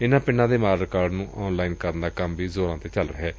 ਇਨੂਾਂ ਪਿੰਡਾਂ ਦੇ ਮਾਲ ਰਿਕਾਰਡ ਨੂੰ ਆਨਲਾਈਨ ਕਰਨ ਦਾ ਕੰਮ ਵੀ ਜ਼ੋਰਾਂ ਤੇ ਚੱਲ ਰਿਹੈ